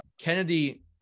Kennedy